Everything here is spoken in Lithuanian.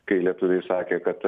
kai lietuviai sakė kad